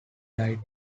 died